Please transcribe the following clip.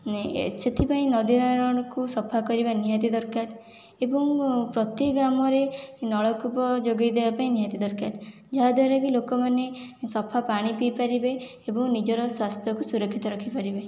ଏ ସେଥିପାଇଁ ନଦୀନାଳକୁ ସଫା କରିବା ନିହାତି ଦରକାର ଏବଂ ପ୍ରତି ଗ୍ରାମରେ ନଳକୂପ ଯୋଗେଇ ଦେବା ବି ନିହାତି ଦରକାର ଯାହାଦ୍ୱାରା କି ଲୋକମାନେ ସଫା ପାଣି ପିଇପାରିବେ ଏବଂ ନିଜର ସ୍ୱାସ୍ଥ୍ୟକୁ ସୁରକ୍ଷିତ ରଖିପାରିବେ